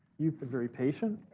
you've been very patient.